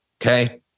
Okay